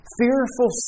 fearful